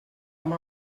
amb